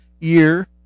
year